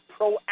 proactive